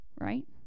right